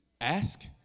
Ask